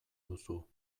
duzu